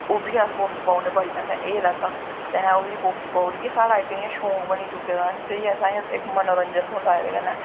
ते ओह्बी अस पोस्ट पाई ओड़ने कि एह् असें लैत्ता असें ओह्द पोस्ट पाई ओड़ी एह् साढ़ा इक इयां शौक बनी चुके दा असेंई इक मनोंरंजरन थ्होंदा एह्दे कन्नै